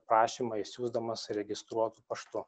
prašymą išsiųsdamas registruotu paštu